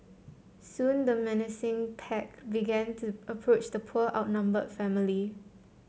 soon the menacing pack began to approach the poor outnumbered family